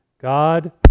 God